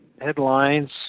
headlines